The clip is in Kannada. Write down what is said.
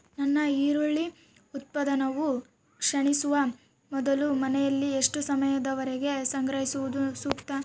ನನ್ನ ಈರುಳ್ಳಿ ಉತ್ಪನ್ನವು ಕ್ಷೇಣಿಸುವ ಮೊದಲು ಮನೆಯಲ್ಲಿ ಎಷ್ಟು ಸಮಯದವರೆಗೆ ಸಂಗ್ರಹಿಸುವುದು ಸೂಕ್ತ?